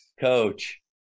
Coach